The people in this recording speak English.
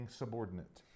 subordinate